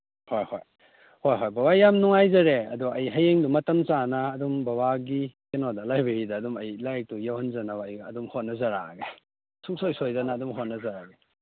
ꯍꯣꯏ ꯍꯣꯏ ꯍꯣꯏ ꯍꯣꯏ ꯕꯕꯥ ꯌꯥꯝ ꯅꯨꯡꯉꯥꯏꯖꯔꯦ ꯑꯗꯣ ꯑꯩ ꯍꯌꯦꯡꯗꯨ ꯃꯇꯝ ꯆꯥꯅ ꯑꯗꯨꯝ ꯕꯕꯥꯒꯤ ꯀꯩꯅꯣꯗ ꯂꯥꯏꯕꯦꯔꯤꯗ ꯑꯗꯨꯝ ꯑꯩ ꯂꯥꯏꯔꯤꯛꯇꯣ ꯌꯧꯍꯟꯖꯅꯕ ꯑꯩ ꯑꯗꯨꯝ ꯍꯣꯠꯅꯖꯔꯛꯑꯒꯦ ꯁꯨꯡꯁꯣꯏ ꯁꯣꯏꯗꯅ ꯑꯗꯨꯝ ꯍꯣꯠꯅꯖꯔꯛꯑꯒꯦ